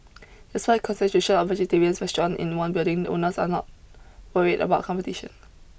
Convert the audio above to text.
despite concentration of vegetarian restaurants in one building owners there are not worried about competition